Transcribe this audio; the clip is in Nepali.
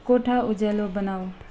कोठा उज्यालो बनाऊ